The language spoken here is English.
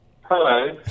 Hello